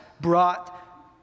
brought